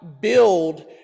build